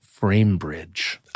Framebridge